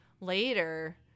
later